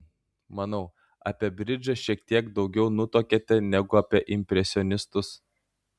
manau apie bridžą šiek tiek daugiau nutuokiate negu apie impresionistus